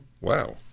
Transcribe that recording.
Wow